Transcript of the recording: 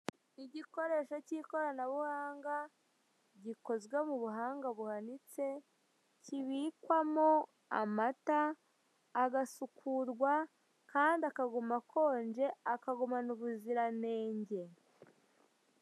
Igikoresho cy'ikoranabuhanga gikoranywe ubuhanga buhanitse kibikwamo amata, agasukurwa, kandi akaguma akonje akagumana ubuziranenge.